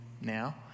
now